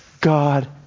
God